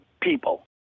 people